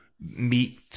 meet